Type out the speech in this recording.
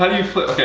but you flip,